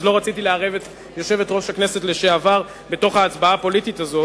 ולא רציתי לערב את יושבת-ראש הכנסת לשעבר בהצבעה הפוליטית הזאת.